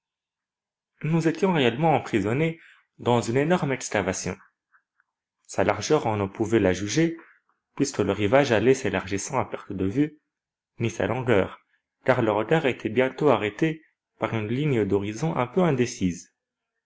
nous étions réellement emprisonnés dans une énorme excavation sa largeur on ne pouvait la juger puisque le rivage allait s'élargissant à perte de vue ni sa longueur car le regard était bientôt arrêté par une ligne d'horizon un peu indécise